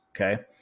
okay